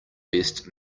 best